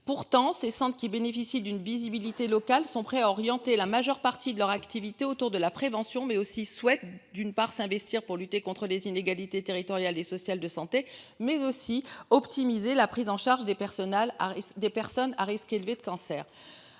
Pourtant, ces cendres qui bénéficient d'une visibilité locales sont prêts à orienter la majeure partie de leur activité autour de la prévention mais aussi souhaite d'une part s'investir pour lutter contre les inégalités territoriales et sociales de santé mais aussi optimisé la prise en charge des personnels à des personnes à risque élevé de cancer,